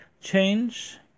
Change